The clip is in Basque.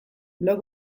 blog